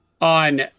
on